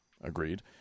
Agreed